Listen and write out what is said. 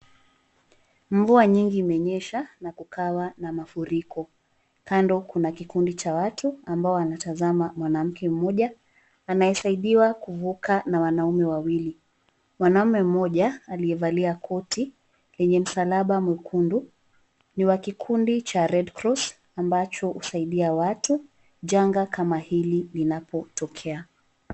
Mvua nyingi imenyesha, na kukawa na mafuriko. Kando kuna kikundi cha watu ambao wanatazama mwanamke mmoja. anayesaidiwa kuvuka na wanaume wawili. Mwanamume mmoja, aliyevalia koti lenye msalaba mwekundu, ni wakikundi cha Red Cross, ambacho husaidia watu janga kama hili linapotokea.